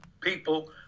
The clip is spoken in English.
people